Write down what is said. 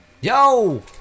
yo